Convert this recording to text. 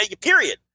period